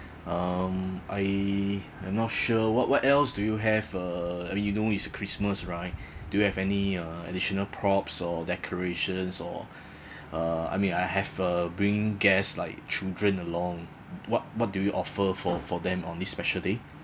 um I I'm not sure what what else do you have uh you know is christmas right do you have any uh additional props or decorations or uh I mean I have uh bring guests like children along what what do you offer for for them on this special day